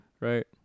Right